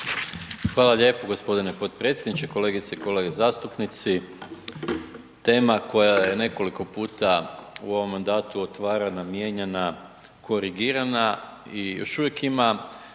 Hvala lijepo. Gospodine potpredsjedniče, kolegice i kolege zastupnici. Tema koja je nekoliko puta u ovom mandatu otvarana, mijenjana, korigirana i još uvijek ima